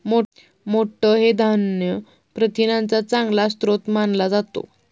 मोठ हे धान्य प्रथिनांचा चांगला स्रोत मानला जातो